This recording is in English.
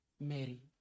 Mary